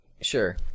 Sure